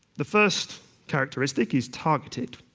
the first characteristic is targeted.